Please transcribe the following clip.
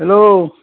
hello